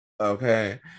Okay